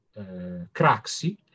Craxi